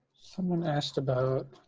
someone asked about,